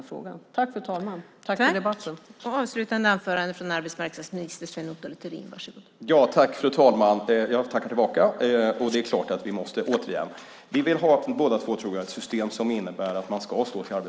Tack, fru talman, för debatten.